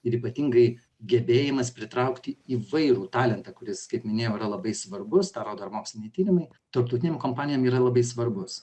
ir ypatingai gebėjimas pritraukti įvairų talentą kuris kaip minėjau yra labai svarbus tą rodo ir moksliniai tyrimai tarptautinėm kompanijom yra labai svarbus